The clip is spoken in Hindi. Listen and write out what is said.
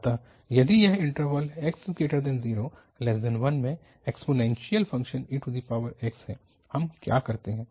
अतः यदि यह इन्टरवल 0x1 में एक्सपोनेन्शियल फ़ंक्शन ex है हम क्या करते हैं